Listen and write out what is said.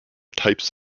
types